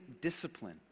discipline